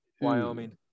Wyoming